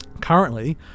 Currently